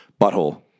Butthole